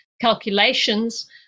calculations